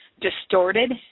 distorted